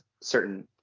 certain